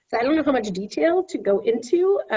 i don't know how much detail to go into,